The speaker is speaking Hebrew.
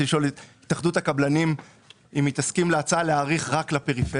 רציתי לשאול את התאחדות הקבלנים אם היא תסכים להצעה להאריך רק לפריפריה.